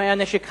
אם היה נשק חם,